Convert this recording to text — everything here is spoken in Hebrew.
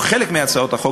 או חלק מהצעות החוק,